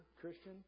Christian